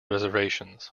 reservations